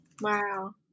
Wow